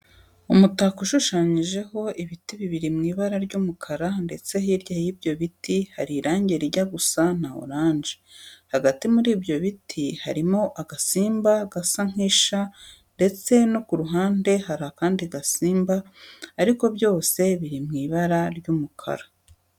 Umutako ushushanijeho ibiti bibiri mu ibara ry'umukara ndetse hirya y'ibyo biti hari irange rijya gusa na oranje. Hagati muri ibyo biti harimo agasimba gasa nk'isha ndetse no ku ruhande hari akandi gasimba ariko byose biri mu ibara ry'umukara.